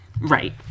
Right